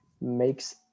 makes